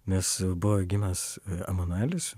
nes buvo gimęs emanuelis